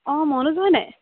অঁ মনোজ হয়নে